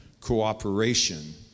cooperation